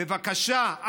בבקשה,